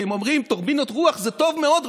כי הם אומרים: טורבינות רוח זה טוב מאוד,